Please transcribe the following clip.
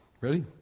Ready